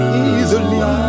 easily